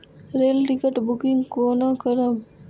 Rail ticket booking कोना करब?